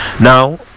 now